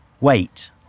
wait